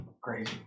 Crazy